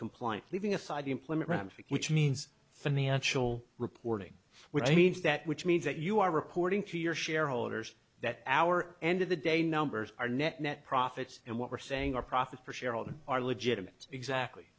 compliant leaving aside the employment rahm's we means financial reporting which means that which means that you are reporting to your shareholders that our end of the day numbers are net net profits and what we're saying are profits for shareholders are legitimate exactly